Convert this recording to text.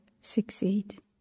succeed